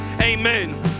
Amen